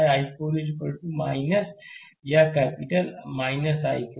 तो i4 या capital i4